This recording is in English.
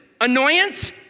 Annoyance